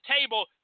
table